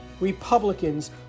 Republicans